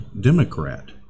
Democrat